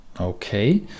Okay